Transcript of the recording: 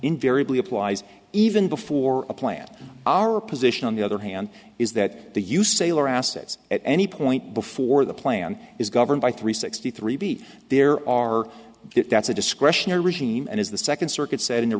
invariably applies even before a plan our position on the other hand is that the use sale or assets at any point before the plan is governed by three sixty three b there are that's a discretionary regime and as the second circuit said in the